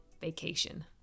vacation